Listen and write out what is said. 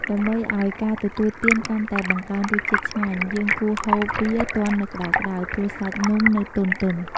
ដើម្បីឱ្យការទទួលទានកាន់តែបង្កើនរសជាតិឆ្ញាញ់ យើងគួរហូបវាទាន់នៅក្តៅៗ ព្រោះសាច់នំនៅទន់ៗ។